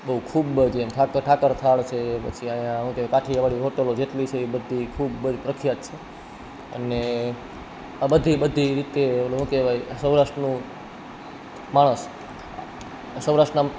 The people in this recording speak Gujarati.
બહુ ખૂબ જ એમ ઠાકર ઠાકર થાળ છે પછી અહીં શું કે કાઠિયાવાડી હોટલો જેટલી છે એ બધી ખૂબ જ પ્રખ્યાત છે અને આ બધી બધી એ રીતે શું કહેવાય સૌરાષ્ટ્રનું માણસ સૌરાષ્ટ્રના